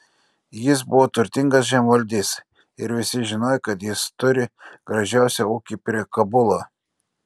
jis buvo turtingas žemvaldys ir visi žinojo kad jis turi gražiausią ūkį prie kabulo